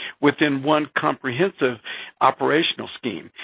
within one comprehensive operational scheme.